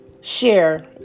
share